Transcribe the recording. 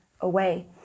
away